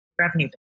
revenue